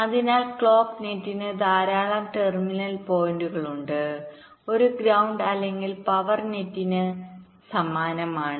അതിനാൽ ക്ലോക്ക് നെറ്റിന് ധാരാളം ടെർമിനൽ പോയിന്റുകളുണ്ട് ഒരു ഗ്രൌണ്ട് അല്ലെങ്കിൽ പവർ നെറ്റിന്സമാനമാണ്